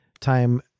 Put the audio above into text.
time